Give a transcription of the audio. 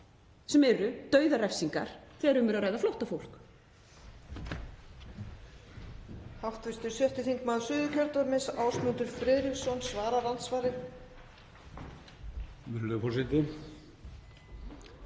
sem eru dauðarefsingar þegar um er að ræða flóttafólk.